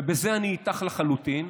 ובזה אני איתך לחלוטין.